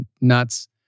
nuts